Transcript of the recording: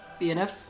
BNF